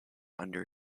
under